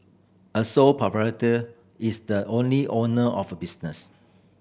a sole proprietor is the only owner of a business